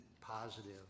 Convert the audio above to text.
positive